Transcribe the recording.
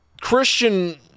Christian